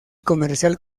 comercial